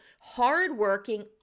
hardworking